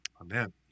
Amen